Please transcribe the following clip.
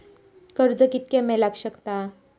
कर्ज कितक्या मेलाक शकता?